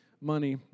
money